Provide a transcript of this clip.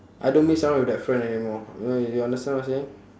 I don't mix around with that friend anymore y~ you understand what I'm saying